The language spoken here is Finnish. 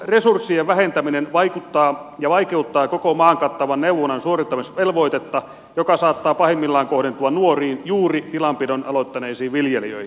resurssien vähentäminen vaikeuttaa koko maan kattavan neuvonnan suorittamisvelvoitetta joka saattaa pahimmillaan kohdentua nuoriin juuri tilanpidon aloittaneisiin viljelijöihin